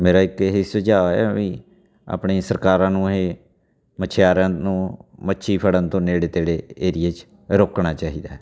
ਮੇਰਾ ਇੱਕ ਇਹ ਸੁਝਾਅ ਹੈ ਵੀ ਆਪਣੇ ਸਰਕਾਰਾਂ ਨੂੰ ਇਹ ਮਛਿਆਰਾਂ ਨੂੰ ਮੱਛੀ ਫੜਨ ਤੋਂ ਨੇੜੇ ਤੇੜੇ ਏਰੀਏ 'ਚ ਰੋਕਣਾ ਚਾਹੀਦਾ ਹੈ